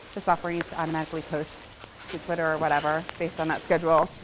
the software needs to automatically post to twitter or whatever based on that schedule.